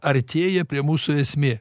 artėja prie mūsų esmė